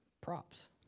props